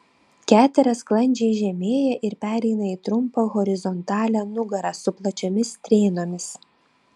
ketera sklandžiai žemėja ir pereina į trumpą horizontalią nugarą su plačiomis strėnomis